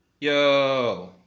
Yo